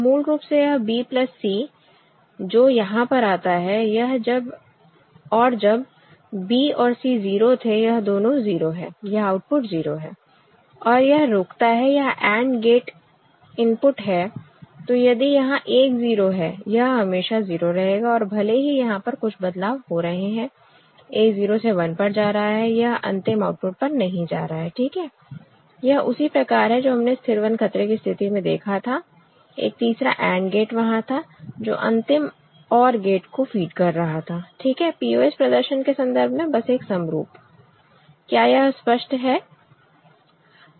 मूल रूप से यह B प्लस C है जो यहां पर आता है और जब B और C 0 थे यह दोनों 0 है यह आउटपुट 0 है और यह रोकता है यह AND गेट इनपुट है तो यदि यहां एक 0 है यह हमेशा 0 रहेगा और भले ही यहां पर कुछ बदलाव हो रहे हैं A 0 से 1 जा रहा है यह अंतिम आउटपुट पर नहीं जा रहा है ठीक है यह उसी प्रकार है जो हमने स्थिर 1 खतरे की स्थिति में देखा था एक तीसरा AND गेट वहां था जो अंतिम OR गेट को फीड कर रहा था ठीक है POS प्रदर्शन के संदर्भ में बस एक समरूप क्या यह स्पष्ट है